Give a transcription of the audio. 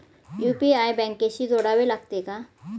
UPI बँकेशी जोडावे लागते का?